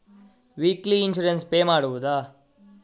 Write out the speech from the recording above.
Weekly insurance pay ಮಾಡುವುದ?